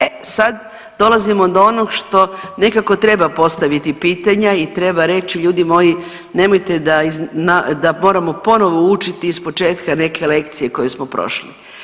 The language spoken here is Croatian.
E sad dolazimo do onog što nekako treba postaviti pitanja i treba reći ljudi moji nemojte da moramo ponovo učiti iz početka neke lekcije koje smo prošli.